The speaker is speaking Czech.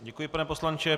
Děkuji, pane poslanče.